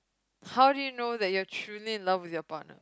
how do you know that you are truly in love with your partner